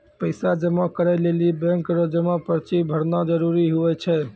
पैसा जमा करै लेली बैंक रो जमा पर्ची भरना जरूरी हुवै छै